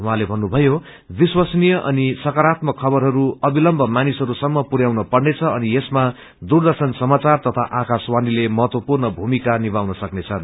उहाँले भन्नुभयो विश्वसनीय अनि सकारात्मक खबरहरू अबिलम्ब मानिसहरूसम्म पुर्याउन पनेँछ अनि यसमा दूर्रदेशन समाचार तथा आकाश्रवाणीले महत्वपूर्ण भूमिका निथउन सक्नेछन्